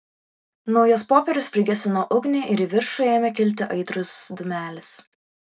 naujas popierius prigesino ugnį ir į viršų ėmė kilti aitrus dūmelis